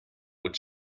would